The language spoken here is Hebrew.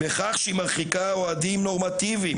בכך שהיא מרחיקה אוהדים נורמטיביים,